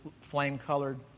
flame-colored